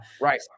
right